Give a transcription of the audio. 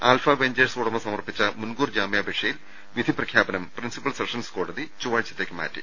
alpha Ventures ഉടമ സമർപ്പിച്ച മുൻകൂർ ജാമ്യാപേക്ഷയിൽ വിധി പ്രഖ്യാപനം പ്രിൻസിപ്പൽ സെഷൻസ് കോടതി ചൊവ്വാഴ്ചത്തേക്ക് മാറ്റി